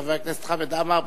חבר הכנסת חמד עמאר,